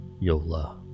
Yola